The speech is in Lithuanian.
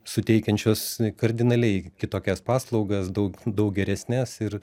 suteikiančios kardinaliai kitokias paslaugas daug daug geresnes ir